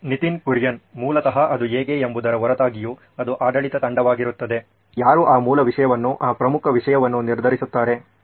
ನಿತಿನ್ ಕುರಿಯನ್ ಮೂಲತಃ ಅದು ಹೇಗೆ ಎಂಬುದರ ಹೊರತಾಗಿಯೂ ಅದು ಆಡಳಿತ ತಂಡವಾಗಿರುತ್ತದೆ ಯಾರು ಆ ಮೂಲ ವಿಷಯವನ್ನು ಆ ಪ್ರಮುಖ ವಿಷಯವನ್ನು ನಿರ್ಧರಿಸುತ್ತಾರೆ